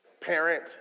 Parent